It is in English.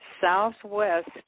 southwest